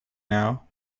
now